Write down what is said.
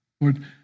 Lord